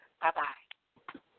Bye-bye